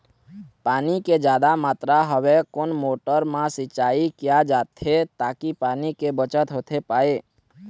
पानी के जादा मात्रा हवे कोन मोटर मा सिचाई किया जाथे ताकि पानी के बचत होथे पाए?